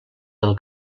del